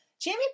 Jamie